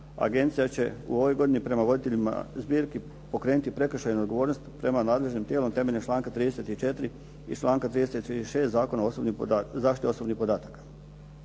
agencija će prema voditeljima zbirki pokrenuti prekršajnu odgovornost prema nadležnom tijelom temeljem članka 34. i članak 36. Zakona o zaštiti osobnih podataka.